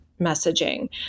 messaging